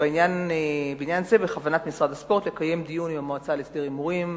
ובעניין זה בכוונת משרד הספורט לקיים דיון עם המועצה להסדר הימורים,